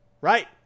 right